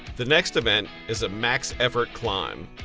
the next event is a max ever climb.